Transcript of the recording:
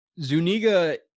Zuniga